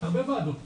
הרבה ועדות.